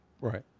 Right